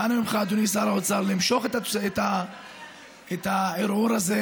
ואנא ממך, אדוני שר האוצר: משוך את הערעור הזה.